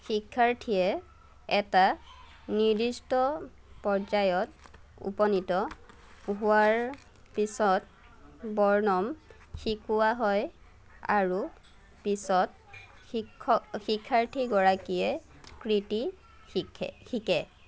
শিক্ষাৰ্থীয়ে এটা নিৰ্দিষ্ট পৰ্যায়ত উপনীত হোৱাৰ পিছত বৰ্ণম শিকোৱা হয় আৰু পিছত শিক্ষ শিক্ষাৰ্থীগৰাকীয়ে কৃতি শিখে শিকে